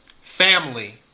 Family